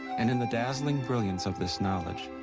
and in the dazzling brilliance of this knowledge,